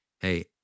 hey